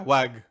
Wag